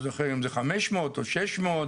לא זוכר אם זה 500 או 600,